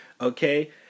Okay